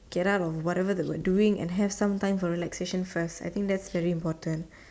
get out of whatever that we're doing and have some time for relaxation first I think that's very important